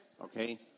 Okay